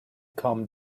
come